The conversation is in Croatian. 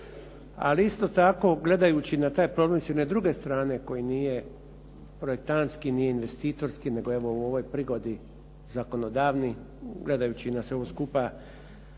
ali isto tako gledajući na taj problem s jedne druge strane koji nije projektantski, nije investitorski nego evo u ovoj prigodi zakonodavni. Gledajući na sve ovo skupa